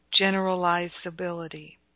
generalizability